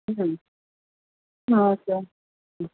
ம் ஆ okay ma'am